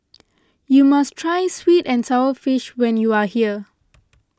you must try Sweet and Sour Fish when you are here